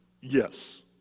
Yes